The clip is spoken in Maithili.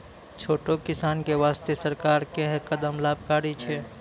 छोटो किसान के वास्तॅ सरकार के है कदम लाभकारी छै